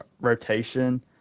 rotation